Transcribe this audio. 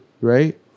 Right